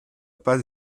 pas